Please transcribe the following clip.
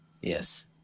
yes